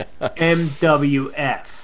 MWF